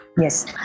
Yes